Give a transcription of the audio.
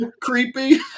creepy